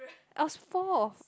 I was four